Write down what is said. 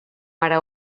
ara